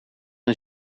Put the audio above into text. een